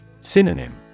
Synonym